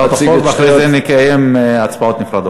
אנחנו נציג את שתי הצעות החוק ואחרי זה נקיים הצבעות נפרדות.